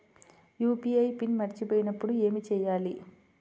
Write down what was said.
UPI PIN మరచిపోయినప్పుడు ఏమి చేయాలి?